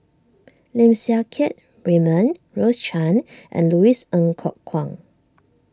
Lim Siang Keat Raymond Rose Chan and Louis Ng Kok Kwang